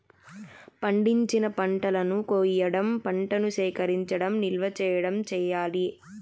పండించిన పంటలను కొయ్యడం, పంటను సేకరించడం, నిల్వ చేయడం చెయ్యాలి